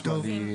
הבנתי.